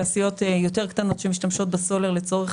תעשיות יותר קטנות שמשתמשות בסולר לצורך